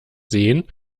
sehen